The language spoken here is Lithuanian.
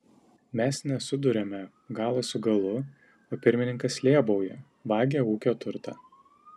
mes nesuduriame galo su galu o pirmininkas lėbauja vagia ūkio turtą